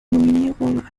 nominierung